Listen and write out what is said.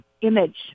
image